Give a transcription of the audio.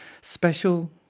special